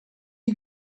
you